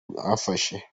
mwafashe